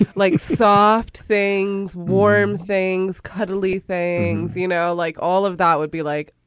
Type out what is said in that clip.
like soft things, warm things, cuddly things you know, like all of that would be like,